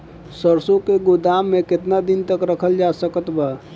सरसों के गोदाम में केतना दिन तक रखल जा सकत बा?